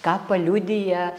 ką paliudija